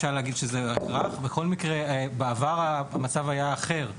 בכל מקרה בעבר המצב היה אחר,